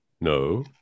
no